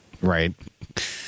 Right